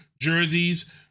jerseys